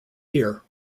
here